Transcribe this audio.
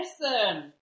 Listen